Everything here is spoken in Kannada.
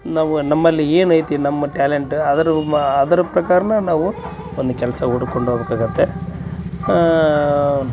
ನಾವು ನಮ್ಮಲ್ಲಿ ಏನೈತಿ ನಮ್ಮ ಟಾಲೆಂಟ್ ಅದ್ರ ಅದ್ರ ಪ್ರಕಾರನ ನಾವು ಒಂದು ಕೆಲಸ ಹುಡ್ಕೊಂಡು ಹೋಗಬೇಕಾಗುತ್ತೆ